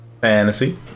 fantasy